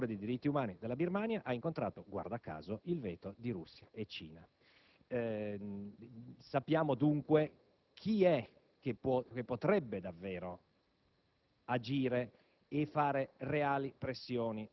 Unite una risoluzione a favore dei diritti umani della Birmania ha incontrato (guarda caso) il veto di Russia e Cina. Sappiamo dunque chi è che potrebbe davvero